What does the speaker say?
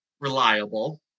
reliable